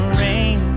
rain